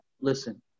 listen